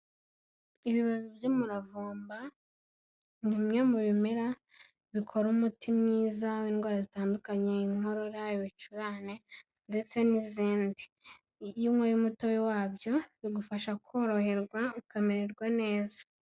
Ibibabi by'umuravumba ni bimwe mu bimera bikora umuti mwiza w'indwara zitandukanye, inkorora, ibicurane ndetse n'izindi. Iyo umutobe wabyo bigufasha koroherwa ukamererwa neza.